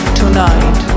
tonight